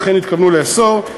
אכן התכוונו לאסור.